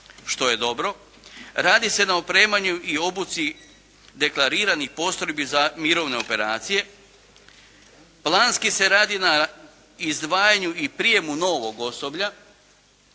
što je dobro. Radi se na opremanju i obuci deklariranih postrojbi za mirovne operacije. Planski se radi na izdvajanju i prijemu novog osoblja